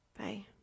Bye